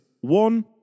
one